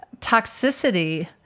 toxicity